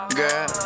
girl